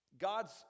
God's